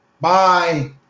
bye